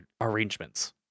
arrangements